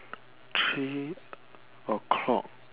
three o'clock